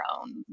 own